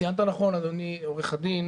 ציינת נכון אדוני עורך הדין